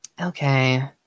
Okay